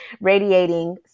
radiating